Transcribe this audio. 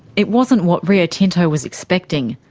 it wasn't what rio tinto was expecting.